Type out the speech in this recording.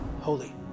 holy